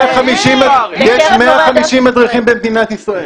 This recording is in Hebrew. יש 150 מדריכים במדינת ישראל.